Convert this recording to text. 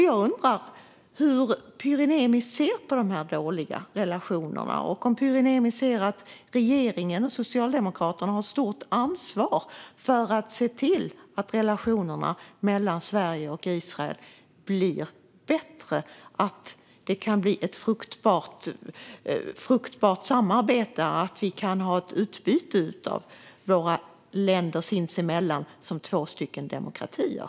Jag undrar hur Pyry Niemi ser på dessa dåliga relationer och om Pyry Niemi ser att regeringen och Socialdemokraterna har ett stort ansvar för att se till att relationerna mellan Sverige och Israel blir bättre, för att det kan bli ett fruktbart samarbete och för att våra länder kan ha ett utbyte sinsemellan som två demokratier.